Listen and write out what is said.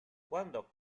quando